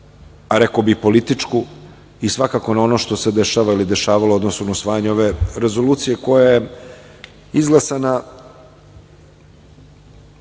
a rekao bih političku i svakako na ono što se dešava ili dešavalo u odnosu na usvajanje ove rezolucije, koja je izglasana